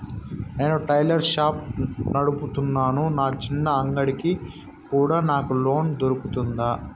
నేను tailor shop నడుపుతున్నాను, నా చిన్న అంగడి కి కూడా నాకు లోను దొరుకుతుందా?